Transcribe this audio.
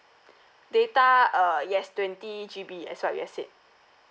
data uh yes twenty G_B as what we had said